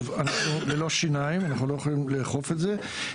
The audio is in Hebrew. אנחנו ללא שיניים, אנחנו לא יכולים לאכוף את זה.